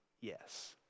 yes